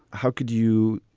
how could you